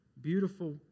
beautiful